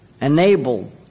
enabled